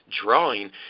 drawing